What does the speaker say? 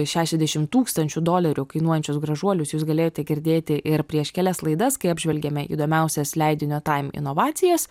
šešiasdešimt tūkstančių dolerių kainuojančius gražuolius jūs galėjote girdėti ir prieš kelias laidas kai apžvelgėme įdomiausias leidinio time inovacijas